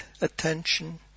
attention